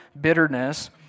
bitterness